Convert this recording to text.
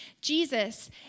Jesus